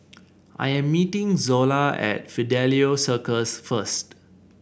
I am meeting Zola at Fidelio Circus first